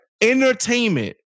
Entertainment